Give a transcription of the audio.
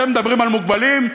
אתם מדברים על מוגבלים?